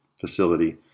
facility